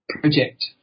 project